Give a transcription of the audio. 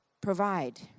provide